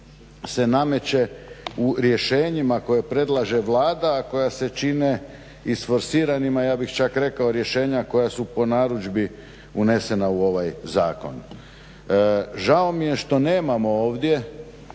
se nameće u rješenjima koje predlaže Vlada, a koja se čine isforsiranima, ja bih čak rekao rješenja koja su po narudžbi unesena u ovaj zakon. Žao mi je što nemamo ovdje,